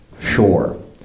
sure